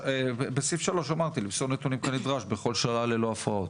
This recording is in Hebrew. בסעיף 3 אמרתי למסור נתונים כנדרש בכל שעה ללא הפרעות.